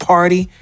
Party